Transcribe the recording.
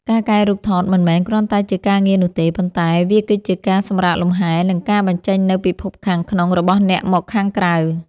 ការកែរូបថតមិនមែនគ្រាន់តែជាការងារនោះទេ ប៉ុន្តែវាគឺជាការសម្រាកលំហែ និងការបញ្ចេញនូវពិភពខាងក្នុងរបស់អ្នកមកខាងក្រៅ។